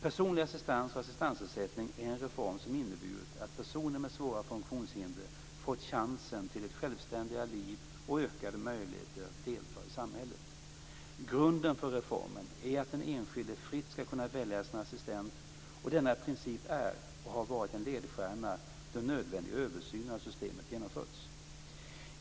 Personlig assistans och assistansersättning är en reform som inneburit att personer med svåra funktionshinder fått chansen till ett självständigare liv och ökade möjligheter att delta i samhället. Grunden för reformen är att den enskilde fritt skall kunna välja sin assistent, och denna princip är och har varit en ledstjärna då nödvändiga översyner av systemet genomförts.